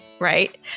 Right